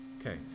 Okay